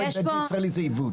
מועד ב' בישראל זה עיוות.